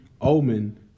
Omen